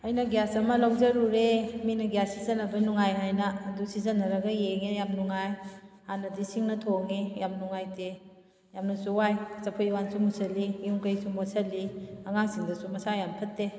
ꯑꯩꯅ ꯒ꯭ꯌꯥꯁ ꯑꯃ ꯂꯧꯖꯔꯨꯔꯦ ꯃꯤꯅ ꯒ꯭ꯌꯥꯁ ꯁꯤꯖꯟꯅꯕ ꯅꯨꯡꯉꯥꯏ ꯍꯥꯏꯅ ꯑꯗꯨ ꯁꯤꯖꯟꯅꯔꯒ ꯌꯦꯡꯉꯦ ꯌꯥꯝ ꯅꯨꯡꯉꯥꯏ ꯍꯥꯟꯅꯗꯤ ꯁꯤꯡꯅ ꯊꯣꯡꯏ ꯌꯥꯝ ꯅꯨꯡꯉꯥꯏꯇꯦ ꯌꯥꯝꯅꯁꯨ ꯋꯥꯏ ꯆꯐꯨ ꯎꯌꯥꯟꯁꯨ ꯃꯨꯁꯤꯜꯂꯤ ꯌꯨꯝ ꯀꯩꯁꯨ ꯃꯣꯠꯁꯤꯜꯂꯤ ꯑꯉꯥꯡꯁꯤꯡꯗꯁꯨ ꯃꯁꯥ ꯌꯥꯝ ꯐꯠꯇꯦ